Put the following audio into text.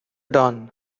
dawn